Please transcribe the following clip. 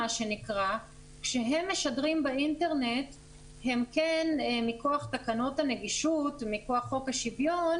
כשהם משדרים באינטרנט הם כן מכח תקנות הנגישות מכח חוק השוויון,